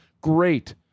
Great